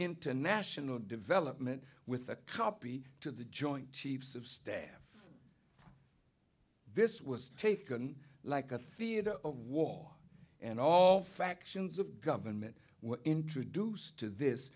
international development with a copy to the joint chiefs of staff this was taken like a theater of war and all factions of government were introduced to this